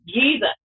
Jesus